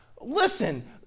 Listen